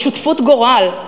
בשותפות גורל.